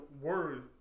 word